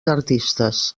artistes